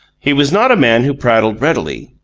he was not a man who prattled readily,